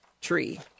tree